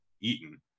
Eaton